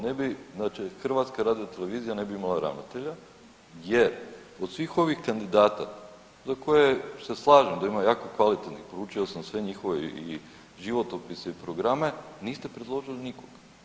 Ne bi znači HRT, ne bi imala ravnatelja jer od svih ovih kandidata za koje se slažem da ima jako kvalitetnih, proučio sam sve njihove i životopise i programe, niste predložili nikog.